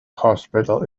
hospital